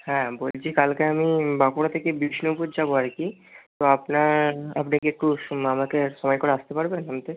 হ্যাঁ বলছি কালকে আমি বাঁকুড়া থেকে বিষ্ণুপুর যাব আর কি তো আপনার আপনি কি একটু আমাকে সময় করে আসতে পারবেন আনতে